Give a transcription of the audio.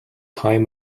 time